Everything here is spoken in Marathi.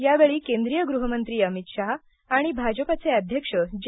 यावेळी केंद्रिय गृहमंत्री अमित शाह आणि भाजपाचे अध्यक्ष जे